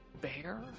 bear